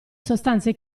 sostanze